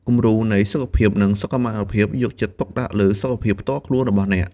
គំរូនៃសុខភាព និងសុខុមាលភាពយកចិត្តទុកដាក់លើសុខភាពផ្ទាល់ខ្លួនរបស់អ្នក។